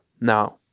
Now